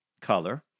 color